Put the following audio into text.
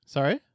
Sorry